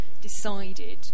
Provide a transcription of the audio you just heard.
decided